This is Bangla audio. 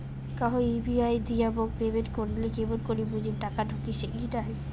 কাহো ইউ.পি.আই দিয়া মোক পেমেন্ট করিলে কেমন করি বুঝিম টাকা ঢুকিসে কি নাই?